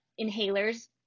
inhalers